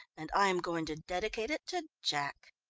and i'm going to dedicate it to jack.